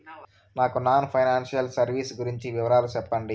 నాకు non financial services గురించి వివరాలు సెప్పండి?